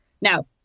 Now